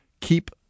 Keep